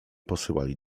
posyłali